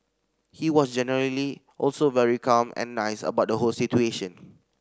he was generally also very calm and nice about the whole situation